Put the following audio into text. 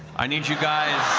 i need you guys